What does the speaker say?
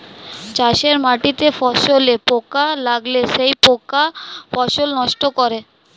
চাষের মাটিতে ফসলে পোকা লাগলে সেই পোকা ফসল নষ্ট করে